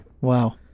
Wow